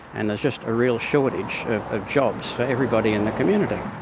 and there's just a real shortage of jobs for everybody in the community.